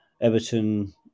Everton